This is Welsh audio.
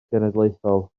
genedlaethol